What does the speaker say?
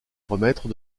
remettre